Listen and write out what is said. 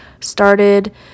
started